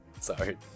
sorry